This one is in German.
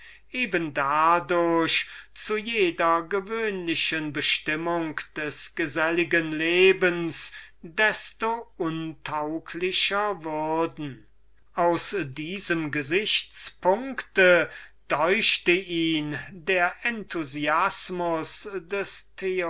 eben dadurch zu jeder gewöhnlichen bestimmung des geselligen menschen desto untauglicher würden aus diesem gesichtspunkt deuchte ihn der enthusiasmus des